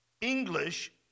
English